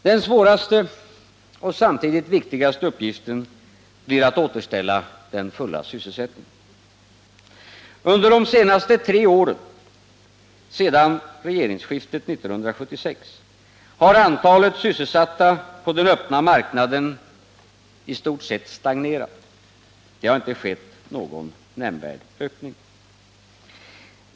Den svåraste och samtidigt viktigaste uppgiften blir att återställa den fulla sysselsättningen. Under de senaste tre åren, efter regeringsskiftet 1976, har antalet sysselsatta på den öppna marknaden i stort sett stagnerat. Det har inte skett någon nämnvärd ökning.